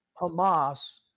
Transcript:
hamas